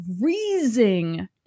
freezing